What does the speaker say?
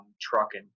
trucking